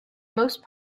most